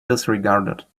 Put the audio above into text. disregarded